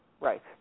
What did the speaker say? Right